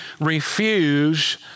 refuse